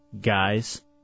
guys